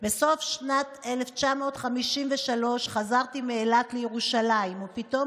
"בסוף שנת 1953 חזרתי מאילת מירושלים ופתאום